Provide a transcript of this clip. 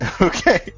Okay